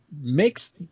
makes